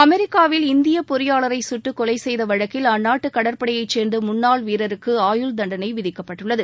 அமெரிக்காவில் இந்திய பொறியாளரை சுட்டுக்கொலை செய்த வழக்கில் அந்நாட்டு கடற்படையை சேர்ந்த முன்னாள் வீரருக்கு ஆயுள் தண்டனை விதிக்கப்பட்டுள்ளது